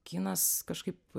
kinas kažkaip